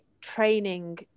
training